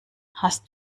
hast